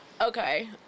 Okay